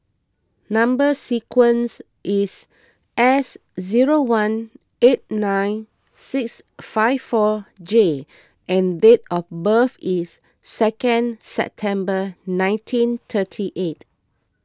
Number Sequence is S zero one eight nine six five four J and date of birth is second September nineteen thirty eight